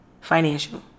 financial